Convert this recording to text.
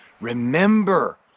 Remember